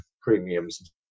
premiums